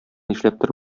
нишләптер